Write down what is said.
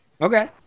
okay